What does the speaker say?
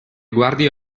guardie